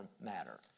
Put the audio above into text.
matter